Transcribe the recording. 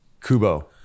Kubo